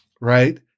right